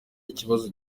ikibazo